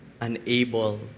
unable